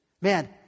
man